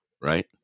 right